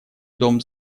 дом